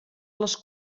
les